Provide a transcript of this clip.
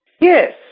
Yes